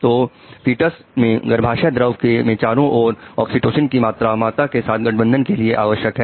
तो फीटस में गर्भाशय द्रव में चारों ओर ऑक्सीटॉसिन की मात्रा माता के साथ गठबंधन के लिए आवश्यक है